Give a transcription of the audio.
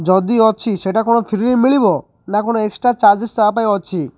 ଯଦି ଅଛି ସେଇଟା କ'ଣ ଫ୍ରିରେ ମିଳିବ ନା କ'ଣ ଏକ୍ସଟ୍ରା ଚାର୍ଜେସ୍ ତା ପାଇଁ ଅଛି